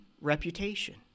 reputation